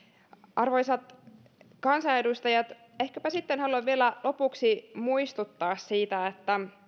arvoisat kansanedustajat ehkäpä haluan vielä lopuksi muistuttaa siitä